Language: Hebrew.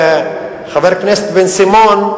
חבר הכנסת בן-סימון,